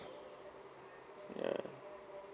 ya